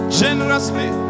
generously